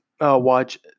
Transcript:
watch